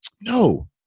No